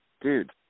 Dude